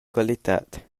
qualitad